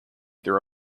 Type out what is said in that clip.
their